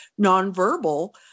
nonverbal